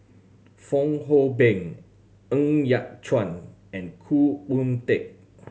Fong Hoe Beng Ng Yat Chuan and Khoo Oon Teik